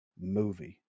movie